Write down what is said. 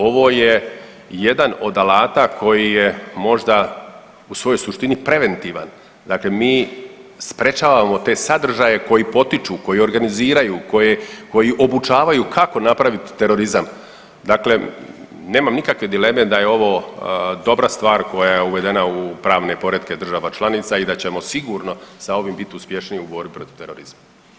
Ovo je jedan od alata koji je možda u svojoj suštini preventivan, dakle mi sprječavamo te sadržaje koji potiču, koji organiziraju, koji obučavaju kako napraviti terorizam, dakle nemam nikakve dileme da je ovo dobra stvar koja je uvedena u pravne poretke država članica i da ćemo sigurno sa ovim put uspješniji u borbi protiv terorizma.